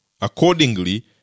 accordingly